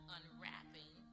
Unwrapping